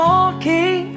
Walking